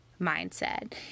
mindset